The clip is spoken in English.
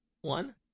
one